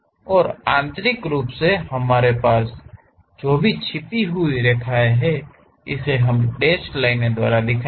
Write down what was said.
और आंतरिक रूप से हमारे पास जो छिपी हुई रेखाएं हैं इसे हम डैश लाइनों द्वारा दिखाएंगे